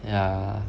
yeah